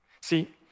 See